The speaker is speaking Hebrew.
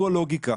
זו הלוגיקה.